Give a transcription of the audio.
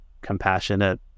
compassionate